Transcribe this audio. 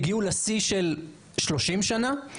הגיעו לשיא של 30 שנה.